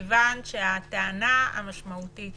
כיוון שהטענה המשמעותית